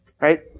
Right